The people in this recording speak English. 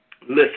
listen